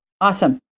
awesome